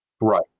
Right